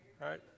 right